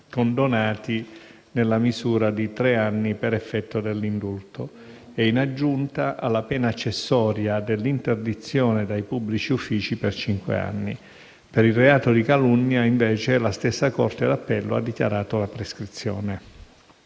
condonati nella misura di tre anni per effetto dell'indulto e, in aggiunta, alla pena accessoria dell'interdizione dai pubblici uffici per cinque anni. Per il reato di calunnia, invece, la stessa Corte d'appello ha dichiarato la prescrizione.